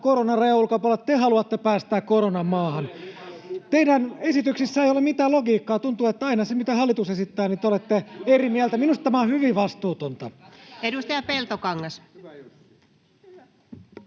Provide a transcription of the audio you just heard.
koronan rajojen ulkopuolella, te haluatte päästää koronan maahan. Teidän esityksissänne ei ole mitään logiikkaa. Tuntuu, että aina siitä, mitä hallitus esittää, te olette eri mieltä. Minusta tämä on hyvin vastuutonta. [Leena Meri: Katsokaa